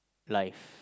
life